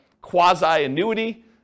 quasi-annuity